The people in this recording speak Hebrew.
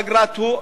אגרת הוא,